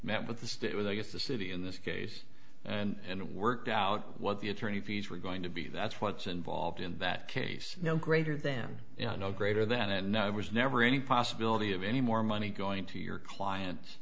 met with the state it was i guess the city in this case and it worked out what the attorney fees were going to be that's what's involved in that case you know greater than you know greater than and i was never any possibility of any more money going to your client